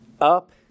up